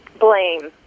blame